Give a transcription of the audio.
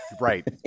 Right